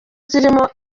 zirimo